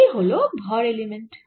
এই হল ভর এলিমেন্ট